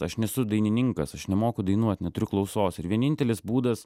aš nesu dainininkas aš nemoku dainuot neturiu klausos ir vienintelis būdas